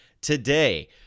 today